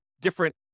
different